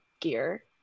gear